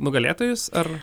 nugalėtojus ar